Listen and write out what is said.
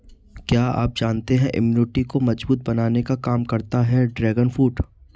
क्या आप जानते है इम्यूनिटी को मजबूत बनाने का काम करता है ड्रैगन फ्रूट?